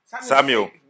Samuel